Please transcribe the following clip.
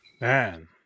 man